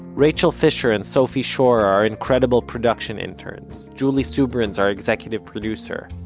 rachel fisher and sophie schor are our incredible production interns. julie subrin's our executive producer.